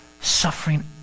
suffering